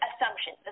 assumption